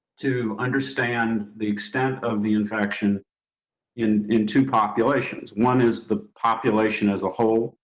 to understand the extent of the infection in in two populations. one is the population as a whole,